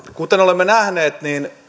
kuten olemme nähneet